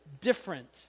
different